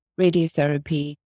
radiotherapy